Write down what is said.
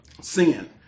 Sin